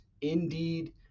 Indeed